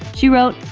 she wrote,